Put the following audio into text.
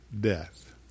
death